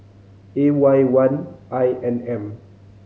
A Y one I N M